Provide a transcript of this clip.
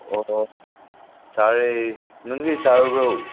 ꯑꯣ ꯑꯣ ꯆꯥꯔꯦ ꯅꯪꯗꯤ ꯆꯥꯔꯕ꯭ꯔꯣ